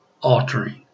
altering